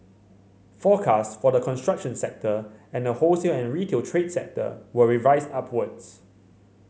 forecasts for the construction sector and the wholesale and retail trade sector were revised upwards